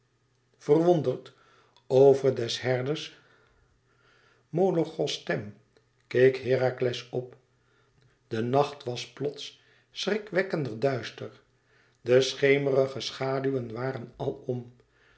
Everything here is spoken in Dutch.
verwonderd over des herders molorchos stem keek herakles op de nacht was plots schrikwekkende duister de schemerige schaduwen waren alom de